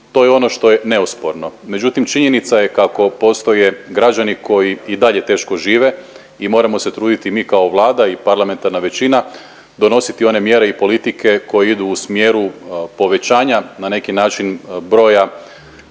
To je ono što je neosporno. Međutim, činjenica je kako postoje građani koji i dalje teško žive i moramo se truditi mi kao Vlada i parlamentarna većina donositi one mjere i politike koje idu u smjeru povećanja na neki način broja